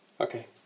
Okay